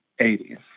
80s